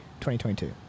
2022